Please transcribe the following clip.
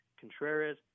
Contreras